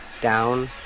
down